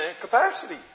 capacity